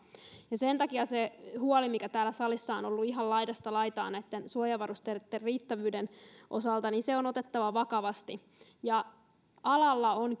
sen takia se huoli mikä täällä salissa on ollut ihan laidasta laitaan näitten suojavarusteitten riittävyyden osalta on otettava vakavasti alalla on